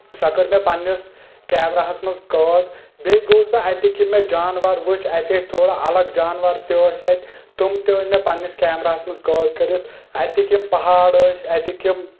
سۄ کٔر مےٚ پننِس کیمرا ہس منٛز قٲد بییٚہِ گووُس بہٕ اتیِکۍ یِم مےٚ چانور وٕچھۍ اتہِ ٲسۍ تھوڑا الگ جانور تہِ ٲسۍ اتۍ تِم تہِ أنۍ مےٚ پننِس کیمراہس منٛز قٲد کٔرِتھ اتیِکۍ یِم پہاڑ ٲسۍ اتیِکۍ یِم